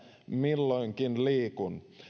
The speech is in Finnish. milloinkin liikun